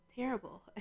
terrible